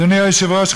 אדוני היושב-ראש,